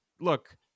look